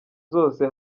zose